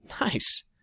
Nice